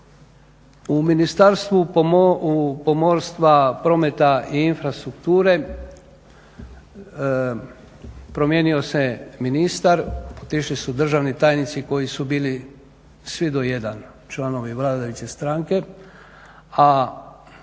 u Ministarstvu pomorstva, prometa i infrastrukture, promijenio se ministar, otišli su državni tajnici koji su bili svi do jedan članovi vladajuće stranke, a